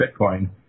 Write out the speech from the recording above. Bitcoin